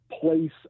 place